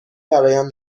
برایم